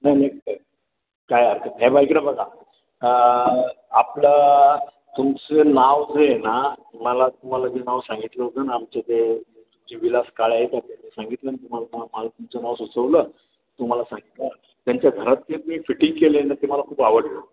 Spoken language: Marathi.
नाही नाही काय हरकत नाही हे बघा इकडे बघा आपलं तुमचं नाव जे आहे ना तुम्हाला तुम्हाला जे नाव सांगितलं होतं आमचे ते तुमचे विलास काळे आहे का ते सांगितलं न तुम्हाला तुम्हाला तुमचं नाव सुचवलं तुम्हाला सांगितलं त्यांच्या घरात तुमी फिटींग केले ना ते मला खूप आवडलं